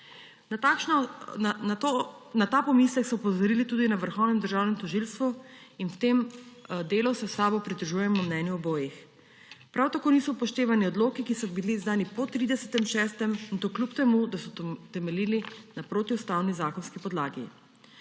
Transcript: Na ta pomislek so opozorili tudi na Vrhovnem državnem tožilstvu in v tem delu se v SAB pridružujemo mnenju obojih. Prav tako niso upoštevani odloki, ki so bili izdani po 30. 6., in to kljub temu, da so temeljili na protiustavni zakonski podlagi.